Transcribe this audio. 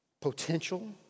potential